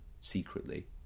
secretly